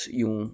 yung